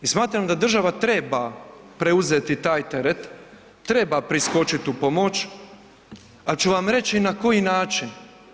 I smatram da država treba preuzeti taj teret, treba priskočiti u pomoć, ali ću vam reći i na koji način.